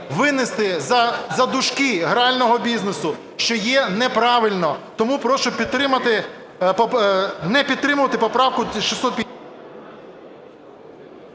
винести за дужки грального бізнесу, що є неправильно. Тому прошу не підтримувати поправку… ГОЛОВУЮЧИЙ.